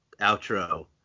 outro